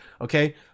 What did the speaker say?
Okay